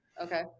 Okay